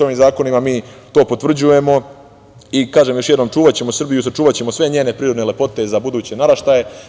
Ovim zakonima to potvrđujemo i kažem još jednom, čuvaćemo Srbiju, sačuvaćemo sve njene prirodne lepote za buduće naraštaje.